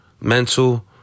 mental